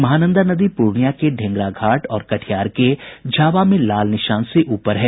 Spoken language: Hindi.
महानंदा नदी पूर्णिया के ढेंगरा घाट और कटिहार के झावा में लाल निशान से ऊपर है